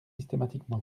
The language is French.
systématiquement